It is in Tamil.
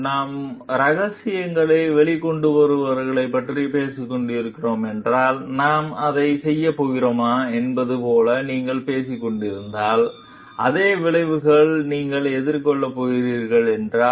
நாம் ரகசியங்களை வெளிகொண்டுவருபவர்களைப் பற்றி பேசிக் கொண்டிருக்கிறோம் என்றால் நாம் அதை செய்யப் போகிறோமா என்பது போல நீங்கள் பேசிக் கொண்டிருந்தால் அதே விளைவுகளை நீங்கள் எதிர்கொள்ளப் போகிறீர்கள் என்றால்